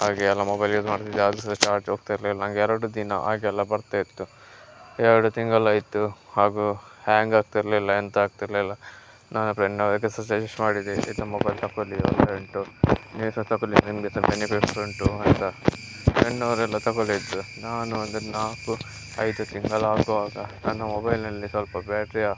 ಹಾಗೆ ಎಲ್ಲ mobile use ಮಾಡ್ತಿದ್ದೆ ಆದರು ಸಹ ಚಾರ್ಜ್ ಹೋಗ್ತಿರ್ಲಿಲ್ಲ ನಂಗೆ ಎರಡು ದಿನ ಹಾಗೆಲ್ಲ ಬರ್ತಾ ಇತ್ತು ಎರಡು ತಿಂಗಳಾಯಿತು ಹಾಗು ಹ್ಯಾಂಗ್ ಆಗ್ತಿರಲಿಲ್ಲ ಎಂಥ ಆಗ್ತಿರಲಿಲ್ಲ ನನ್ನ ಫ್ರೆಂಡಿನವ್ರಿಗೆ ಸಜೆಶ್ಟ್ ಮಾಡಿದೆ ಇದು ಮೊಬೈಲ್ ತಕೊಳ್ಳಿ ಒಳ್ಳೆ ಉಂಟು ನೀವು ಸಹ ತಕೊಳ್ಳಿ ನಿಮಗೆ ಸಹ ಬೆನಿಫಿಟ್ಸ್ ಉಂಟು ಅಂತ ಫ್ರೆಂಡಿನವ್ರೆಲ್ಲ ತಗೊಳಿದ್ರು ನಾನು ಒಂದು ನಾಲ್ಕು ಐದು ತಿಂಗಳಾಗುವಾಗ ನನ್ನ ಮೊಬೈಲಿನಲ್ಲಿ ಸ್ವಲ್ಪ ಬ್ಯಾಟ್ರಿಯ